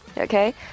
Okay